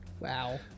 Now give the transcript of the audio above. Wow